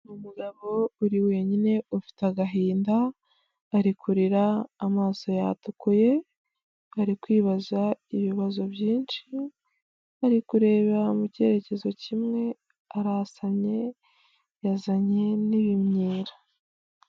Ni umugabo uri wenyine ufite agahinda, ari kurira amaso yatukuye ari kwibaza ibibazo byinshi. Ariko kureba mu cyerekezo kimwe, arasamye, yazanye n'ibimyira.